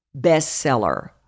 bestseller